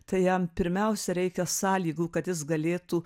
tai jam pirmiausia reikia sąlygų kad jis galėtų